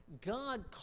God